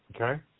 Okay